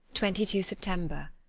twenty two september.